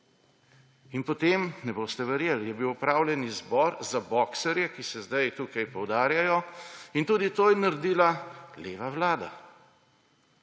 In potem, ne boste verjel, je bil opravljen izbor za boksarje, ki se zdaj tukaj poudarjajo, in tudi to je naredila leva vlada.